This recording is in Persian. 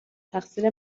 تقصیر